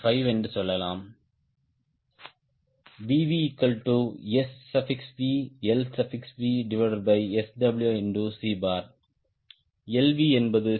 5 என்று சொல்லலாம் VVSvlvSwc lvஎன்பது C